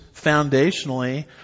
foundationally